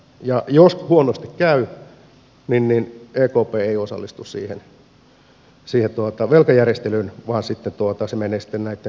ja jos huonosti käy niin ekp ei osallistu siihen velkajärjestelyyn vaan sitten se menee näitten tukimekanismien kautta veronmaksajille